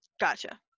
Gotcha